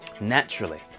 Naturally